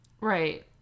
Right